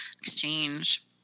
exchange